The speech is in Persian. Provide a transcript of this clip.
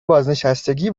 بازنشستگی